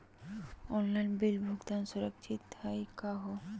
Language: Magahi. ऑनलाइन बिल भुगतान सुरक्षित हई का हो?